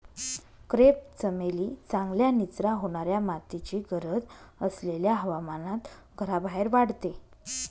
crepe चमेली चांगल्या निचरा होणाऱ्या मातीची गरज असलेल्या हवामानात घराबाहेर वाढते